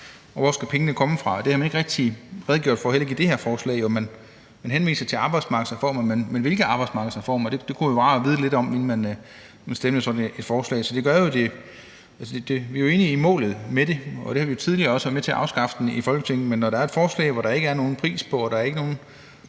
Og hvor skal pengene komme fra? Det har man ikke rigtig redegjort for, heller ikke i det her forslag. Man henviser til arbejdsmarkedsreformer, men hvilke arbejdsmarkedsreformer? Det kunne være meget rart at vide lidt om, inden man stemte om sådan et forslag. Så vi er enige i målet med det, og vi har jo også tidligere været med til at afskaffe beskatningen i Folketinget, men når der er et forslag, som der ikke er nogen pris på